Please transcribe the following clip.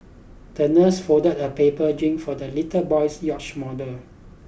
the nurse folded a paper for the little boy's yacht model